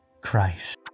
Christ